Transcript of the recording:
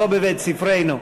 לא בבית-ספרנו.